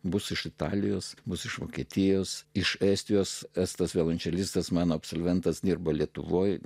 bus iš italijos mus iš vokietijos iš estijos estas violončelistas mano absolventas dirba lietuvoje